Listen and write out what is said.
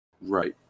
right